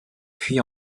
puis